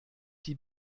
die